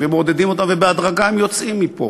ומעודדים אותם ובהדרגה הם יוצאים מפה.